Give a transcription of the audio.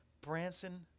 Branson